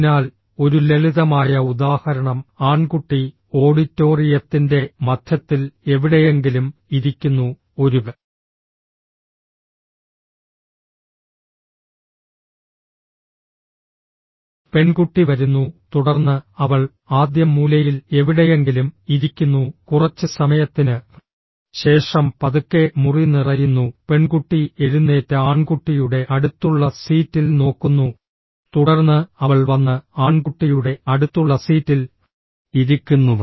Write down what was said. അതിനാൽ ഒരു ലളിതമായ ഉദാഹരണം ആൺകുട്ടി ഓഡിറ്റോറിയത്തിന്റെ മധ്യത്തിൽ എവിടെയെങ്കിലും ഇരിക്കുന്നു ഒരു പെൺകുട്ടി വരുന്നു തുടർന്ന് അവൾ ആദ്യം മൂലയിൽ എവിടെയെങ്കിലും ഇരിക്കുന്നു കുറച്ച് സമയത്തിന് ശേഷം പതുക്കെ മുറി നിറയുന്നു പെൺകുട്ടി എഴുന്നേറ്റ് ആൺകുട്ടിയുടെ അടുത്തുള്ള സീറ്റിൽ നോക്കുന്നു തുടർന്ന് അവൾ വന്ന് ആൺകുട്ടിയുടെ അടുത്തുള്ള സീറ്റിൽ ഇരിക്കുന്നു